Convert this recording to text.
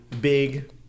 big